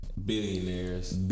billionaires